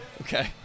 Okay